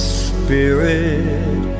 spirit